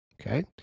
okay